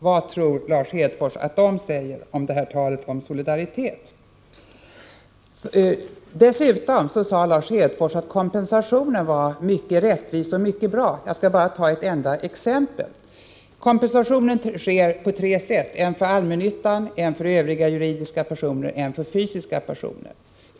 Vad tror Lars Hedfors att de jag nu nämnt har att säga till talet om solidaritet? Lars Hedfors sade också att kompensationen var mycket rättvis och bra. Låt mig ge ett enda exempel! Kompensationen sker på tre sätt: det är en kompensation för allmännyttan, en för övriga juridiska personer och en för fysiska personer.